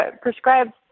prescribed